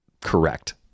correct